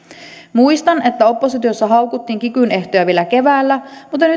muistan että oppositiossa haukuttiin kikyn ehtoja vielä keväällä mutta